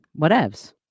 whatevs